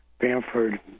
Bamford